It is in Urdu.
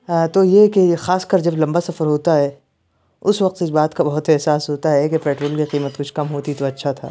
ہاں تو یہ کہ خاص کر جب لمبا سفر ہوتا ہے اُس وقت اِس بات کا بہت احساس ہوتا ہے کہ پٹرول کی قیمت کچھ کم ہوتی تو اچھا تھا